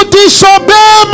disobey